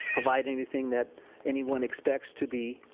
provide anything that anyone expects to be,